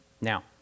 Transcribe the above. Now